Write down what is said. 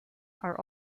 are